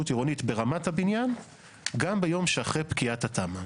עירונית ברמת הבניין גם ביום שאחרי פקיעת התמ"א.